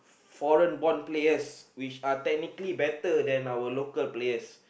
foreign born players which are technically better than our local players